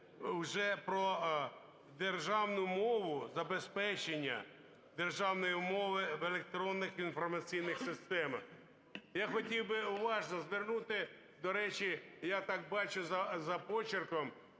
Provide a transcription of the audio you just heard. вже про державну мову, забезпечення державної мови в електронних інформаційних системах. Я хотів би уважно звернути… До речі, я так бачу за почерком,